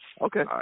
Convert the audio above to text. Okay